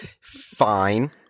fine